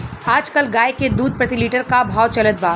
आज कल गाय के दूध प्रति लीटर का भाव चलत बा?